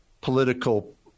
Political